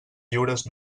lliures